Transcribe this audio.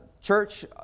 church